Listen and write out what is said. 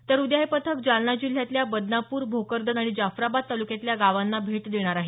तर उद्या हे पथक जालना जिल्ह्यातल्या बदनापूर भोकरदन आणि जाफराबाद तालुक्यातल्या गावांना भेट देणार आहे